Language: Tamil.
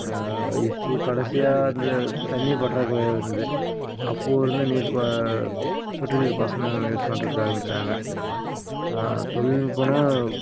இப்போது கடைசியாக இந்த தண்ணி பற்றாக்குறையாக இருந்தது அப்போது இருந்த நீர் பா சொட்டு நீர் பாசனம் யூஸ் பண்ணுறதுக்கு ஆரம்பிச்சாங்கள் தொழில்நுட்பம்னா